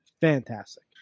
fantastic